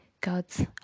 Gods